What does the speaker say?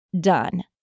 done